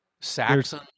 Saxon